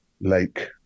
Lake